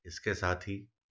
इसके साथ ही